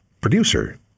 producer